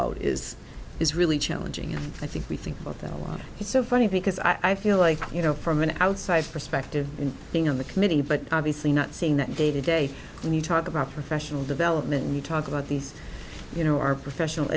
out is is really challenging and i think we think it's so funny because i feel like you know from an outside perspective in being on the committee but obviously not saying that day to day when you talk about professional development and you talk about these you know our professional